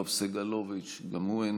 חבר הכנסת יואב סגלוביץ' גם הוא איננו,